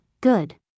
good